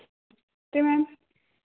नमस्ते मैम